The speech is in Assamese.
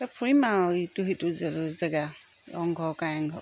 ফুৰিম আৰু ইটো সিটো জেগা ৰংঘৰ কাৰেংঘৰ